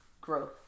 Growth